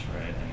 right